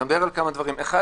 ראשית,